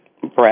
Brad